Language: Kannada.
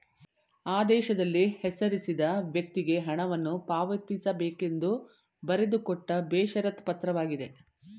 ಆದೇಶದಲ್ಲಿ ಹೆಸರಿಸಿದ ವ್ಯಕ್ತಿಗೆ ಹಣವನ್ನು ಪಾವತಿಸಬೇಕೆಂದು ಬರೆದುಕೊಟ್ಟ ಬೇಷರತ್ ಪತ್ರವಾಗಿದೆ